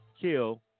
Kill